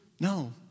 No